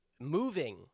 moving